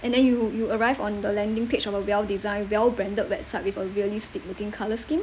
and then you you arrive on the landing page of a well designed well branded website with a realistic looking colour scheme